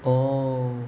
oh